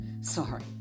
sorry